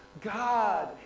God